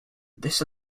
this